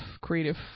creative